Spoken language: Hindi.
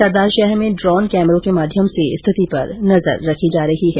सरदार शहर में ड्रॉन कैमरों के माध्यम से स्थिति पर नजर रखी जा रही है